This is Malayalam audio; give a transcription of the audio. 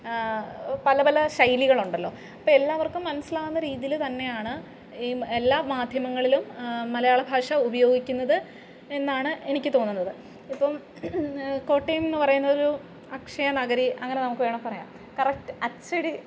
പല പല ശൈലികളുണ്ടല്ലോ അപ്പം എല്ലാവർക്കും മനസ്സിലാവുന്ന രീതിയിൽ തന്നെയാണ് ഈ എല്ലാ മാധ്യമങ്ങളിലും മലയാള ഭാഷ ഉപയോഗിക്കുന്നത് എന്നാണ് എനിക്ക് തോന്നുന്നത് ഇപ്പം കോട്ടയം എന്നു പറയുന്നൊരു അക്ഷയ നഗരി അങ്ങനെ നമുക്ക് വേണമെങ്കിൽ പറയാം കറക്റ്റ് അച്ചടി